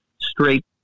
straight